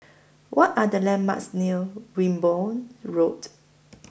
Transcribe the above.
What Are The landmarks near Wimborne Road